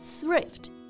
thrift